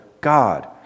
God